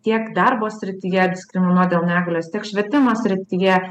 tiek darbo srityje diskriminuot dėl negalios tiek švietimo srityje